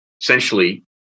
essentially